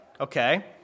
Okay